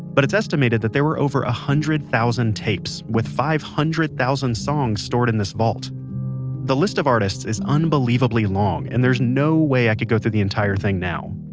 but it's estimated that there were over one ah hundred thousand tapes with five hundred thousand songs stored in this vault the list of artists is unbelievably long and there's no way i could go through the entire thing now,